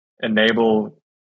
enable